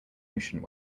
ocean